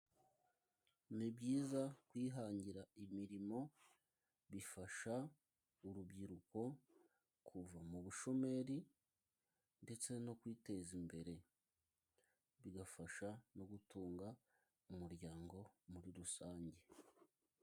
Ni byiza kwihangira imirimo bifasha urubyiruko kuva mu bushomeri ndetse no kwiteza imbere, bigafasha no gutunga umuryango muri rusange.